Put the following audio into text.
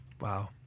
Wow